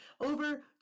over